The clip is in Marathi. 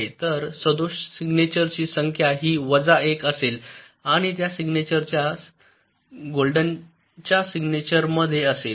तर सदोष सिग्नेचरची संख्या ही वजा 1 असेल आणि त्या गोल्डेनच्या सिग्नेचरमध्ये असेल